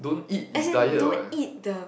as in don't eat the